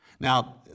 Now